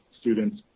students